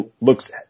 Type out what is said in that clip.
looks